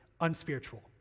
unspiritual